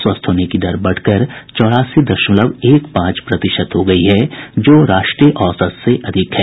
स्वस्थ होने की दर बढ़कर चौरासी दशमलव एक पांच प्रतिशत हो गई है जो राष्ट्रीय औसत से अधिक है